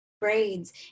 braids